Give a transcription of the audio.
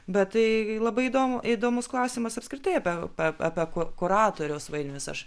bet tai labai įdomu įdomus klausimas apskritai apie apie kuratoriaus vaidmenis aš